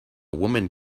woman